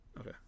Okay